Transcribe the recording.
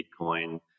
Bitcoin